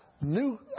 new